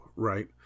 right